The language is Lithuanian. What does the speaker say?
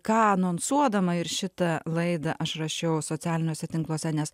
ką anonsuodama ir šitą laidą aš rašiau socialiniuose tinkluose nes